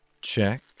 Check